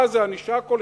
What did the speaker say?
מה זה, ענישה קולקטיבית?